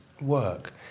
work